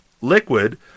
liquid